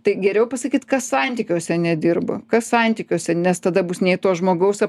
tai geriau pasakyt kas santykiuose nedirba kas santykiuose nes tada bus nei to žmogaus